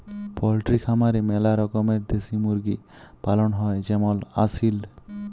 poultry খামারে ম্যালা রকমের দেশি মুরগি পালন হ্যয় যেমল আসিল